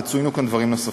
וצוינו כאן דברים נוספים,